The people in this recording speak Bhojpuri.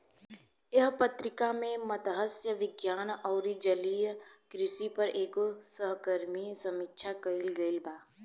एह पत्रिका में मतस्य विज्ञान अउरी जलीय कृषि पर एगो सहकर्मी समीक्षा कईल गईल बा